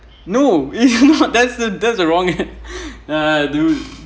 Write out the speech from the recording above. no that's that's the wrong uh do